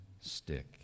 stick